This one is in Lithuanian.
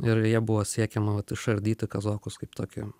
ir ja buvo siekiama vat išardyti kazokus kaip tokį